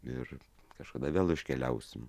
ir kažkada vėl iškeliausim